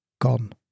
gone